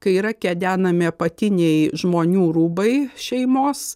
kai yra kedenami apatiniai žmonių rūbai šeimos